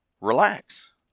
relax